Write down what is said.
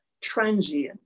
Transient